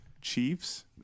Chiefs